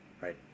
right